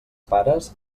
pares